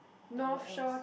uh what else